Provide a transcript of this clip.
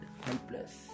helpless